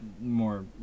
more